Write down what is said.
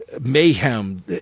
mayhem